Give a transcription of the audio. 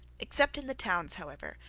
except in the towns, however,